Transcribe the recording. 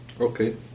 Okay